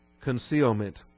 concealment